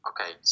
Okay